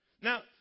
Now